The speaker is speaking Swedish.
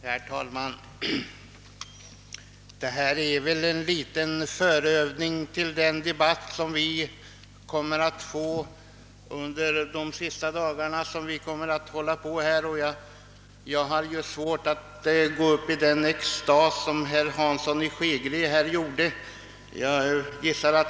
Herr talman! Denna diskussion är väl en förövning till den debatt vi kommer att få under de sista dagarna av vårsessionen, och jag har svårt för att nu gripas av samma extas som herr Hansson i Skegrie.